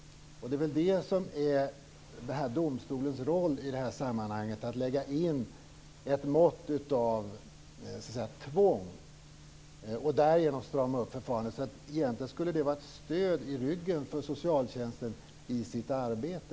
Domstolens roll i sammanhanget är väl att lägga in ett mått av tvång och därigenom strama upp förfarandet. Så egentligen skulle det vara ett stöd i ryggen för socialtjänsten i dess arbete.